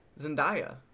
Zendaya